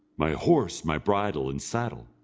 my horse, my bridle, and saddle!